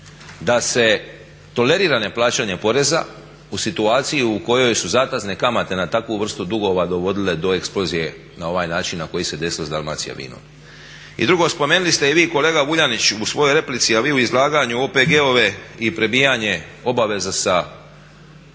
da se tolerira ne plaćanje poreza u situaciji u kojoj su zatezne kamate na takvu vrstu dugova dovodile do eksplozije na ovaj način na koji se desilo sa Dalmacija vinom. I drugo, spomenuli ste i vi kolega Vuljanić u svojoj replici a vi u izlaganju OPG-ove i prebijanje obaveza sa